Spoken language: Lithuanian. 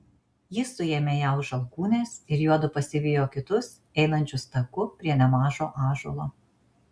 jis suėmė ją už alkūnės ir juodu pasivijo kitus einančius taku prie nemažo ąžuolo